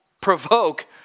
provoke